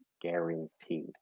guaranteed